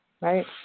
right